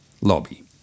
Lobby